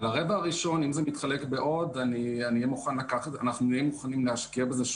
אם זה יתחלק עם עוד, נהיה מוכנים להשקיע בזה.